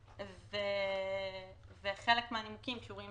הבחירות, וחלקן קשורות